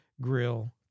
grill